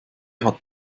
hat